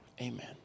amen